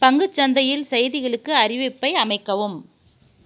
பங்குச் சந்தையில் செய்திகளுக்கு அறிவிப்பை அமைக்கவும்